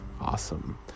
awesome